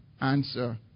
answer